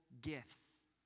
gifts